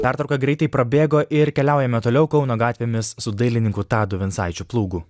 pertrauka greitai prabėgo ir keliaujame toliau kauno gatvėmis su dailininku tadu vincaičiu plūgu